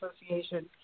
association